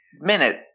Minute